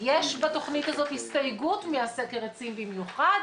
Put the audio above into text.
יש בתכנית הזאת הסתייגות מסקר העצים במיוחד